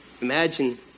imagine